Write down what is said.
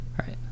right